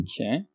Okay